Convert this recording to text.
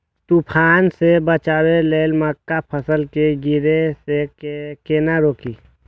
तुफान से बचाव लेल मक्का फसल के गिरे से केना रोकी?